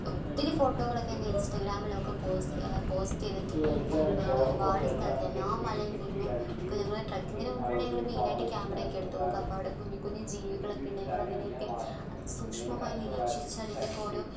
ഒത്തിരി ഫോട്ടോകളൊക്കെ എൻ്റെ ഇൻസ്റ്റഗ്രാമിൽ ഒക്കെ പോസ്റ്റ് പോസ്റ്റ് ചെയ്തിട്ടുണ്ട് ഞങ്ങൾ ഒരുപാട് സ്ഥലത്ത് എല്ലാ മലയും കുന്നും ഒക്കെ ഞങ്ങൾ ട്രെക്കിങ്ങിന് പോകുമ്പോഴാണ് ഞങ്ങൾ മെയിനായിട്ട് ക്യാമറ ഒക്കെ എടുത്ത് വയ്ക്കുക അപ്പോൾ അവിടെ കുഞ്ഞു കുഞ്ഞു ജീവികളൊക്കെ ഉണ്ട് ഞങ്ങൾ അതിനെ ഒക്കെ സൂക്ഷ്മമായി നിരീക്ഷിച്ച് അതിൻ്റെ ഒക്കെ ഓരോ